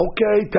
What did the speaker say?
Okay